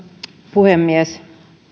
puhemies